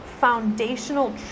foundational